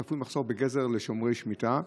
צפוי מחסור בגזר לשומרי שמיטה,